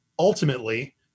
Ultimately